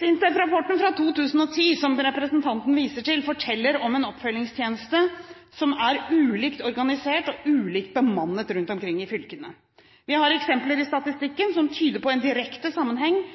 SINTEF-rapporten fra 2010, som representanten viser til, forteller om en oppfølgingstjeneste som er ulikt organisert og ulikt bemannet rundt omkring i fylkene. Vi har eksempler i